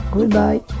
Goodbye